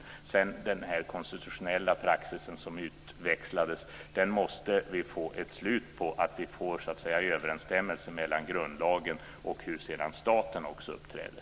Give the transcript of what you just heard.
Vi måste få ett slut på den konstitutionella praxis som utvecklats så att vi får en överensstämmelse mellan grundlagen och hur staten uppträder.